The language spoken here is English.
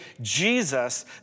Jesus